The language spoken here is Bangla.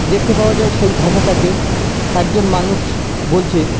দেখতে পাওয়া যায় সেই ভাষাটাকে একজন মানুষ বলছে